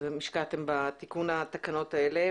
שהשקיע בתיקון התקנות האלה.